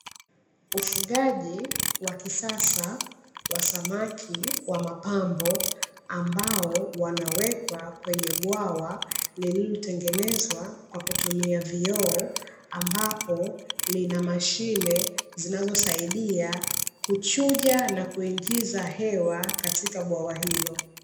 Ufugaji wa kisasa wa samaki wa mapambo, ambao wanawekwa kwenye bwawa lililotengeneza kwa kutumia vioo ambapo lina mashine zinazosaidia kuchuja na kuingiza hewa katika bwawa hilo.